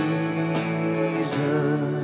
Jesus